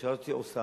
הממשלה הזאת עושה,